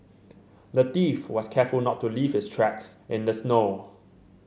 the thief was careful to not leave his tracks in the snow